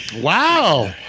Wow